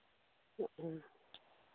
ᱚ